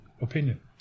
opinion